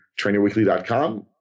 trainerweekly.com